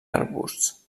arbusts